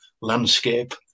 landscape